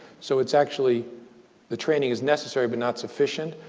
so it's actually the training is necessary, but not sufficient.